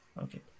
Okay